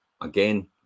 again